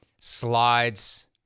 Slides